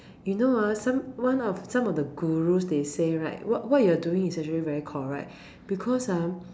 you know ah some one of some of the gurus they say right what you are doing is actually very correct because ah